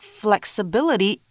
flexibility